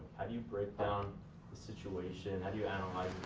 do you break down the situation? how do you analyze,